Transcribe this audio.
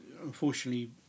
unfortunately